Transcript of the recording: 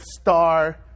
star